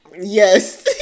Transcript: Yes